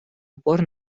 упор